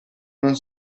non